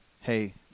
hey